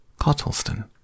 Cottleston